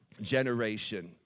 generation